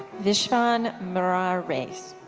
vishfan merarez.